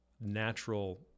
natural